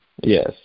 Yes